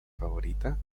favorita